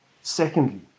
Secondly